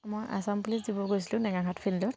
মই আচাম পুলিচ দিব গৈছিলোঁ নেগাঘাট ফিল্ডত